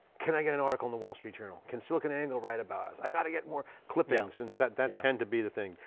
can i get an article in the wall street journal? can silicon angle write about us? i've got to get more clippings. that that tend to be the thing.